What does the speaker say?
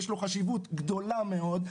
יש לו חשיבות גדולה מאוד,